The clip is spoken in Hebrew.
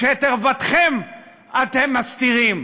כשאת ערוותכם אתם מסתירים.